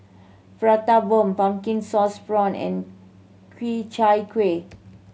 Prata Bomb pumpkin sauce prawn and Ku Chai Kuih